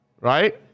right